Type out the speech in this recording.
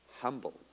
humble